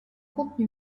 contenu